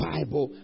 Bible